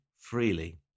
freely